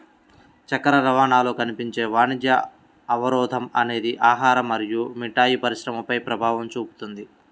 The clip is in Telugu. చక్కెర రవాణాలో కనిపించే వాణిజ్య అవరోధం అనేది ఆహారం మరియు మిఠాయి పరిశ్రమపై ప్రభావం చూపుతుంది